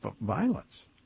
violence